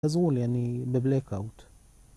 הזול, יעני, בבלקאוט